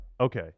Okay